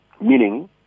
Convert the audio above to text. meaning